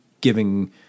giving